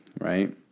right